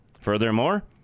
Furthermore